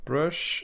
Brush